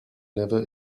never